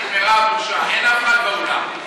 נגמרה הבושה, אין אף אחד באולם.